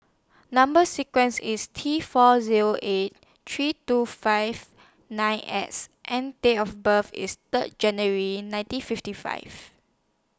Number sequence IS T four Zero eight three two five nine S and Date of birth IS Third January nineteen fifty five